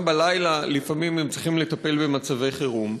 גם בלילה לפעמים הם צריכים לטפל במצבי חירום.